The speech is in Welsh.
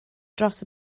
dros